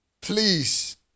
please